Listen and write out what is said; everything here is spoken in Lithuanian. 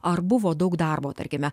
ar buvo daug darbo tarkime